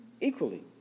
equally